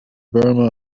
burma